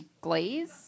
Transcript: glaze